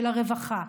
של הרווחה,